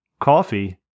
coffee